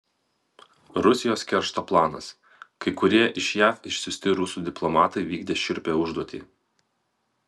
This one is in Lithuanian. rusijos keršto planas kai kurie iš jav išsiųsti rusų diplomatai vykdė šiurpią užduotį